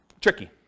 tricky